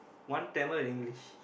one Tamil English